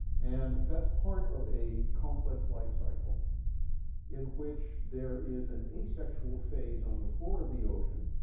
and that's part of a complex lifecycle in which there is an asexual phase on the floor of the ocean,